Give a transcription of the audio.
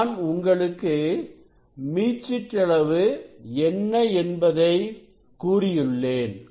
நான் உங்களுக்கு மீச்சிற்றளவு என்ன என்பதை கூறியுள்ளேன்